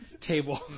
table